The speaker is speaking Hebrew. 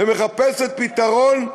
ומחפשת פתרון,